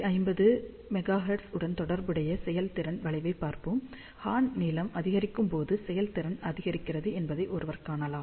850 megahertz உடன் தொடர்புடைய செயல்திறன் வளைவைப் பார்ப்போம் ஹார்ன் நீளம் அதிகரிக்கும் போது செயல்திறன் அதிகரிக்கிறது என்பதை ஒருவர் காணலாம்